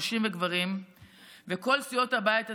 נשים וגברים וכל סיעות הבית הזה,